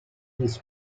his